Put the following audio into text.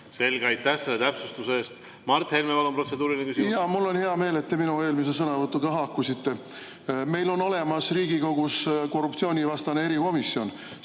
Selge, aitäh selle täpsustuse eest! Mart Helme, palun, protseduuriline küsimus! Mul on hea meel, et te minu eelmise sõnavõtuga haakusite. Meil on olemas Riigikogus korruptsioonivastane erikomisjon.